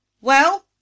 Well